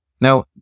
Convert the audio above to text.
Now